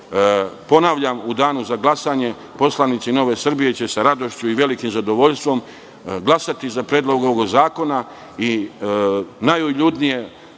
putevima. Ponavljam, u Danu za glasanje poslanici Nove Srbije će sa radošću i velikim zadovoljstvom glasati za ovaj Predlog zakona i najuljudnije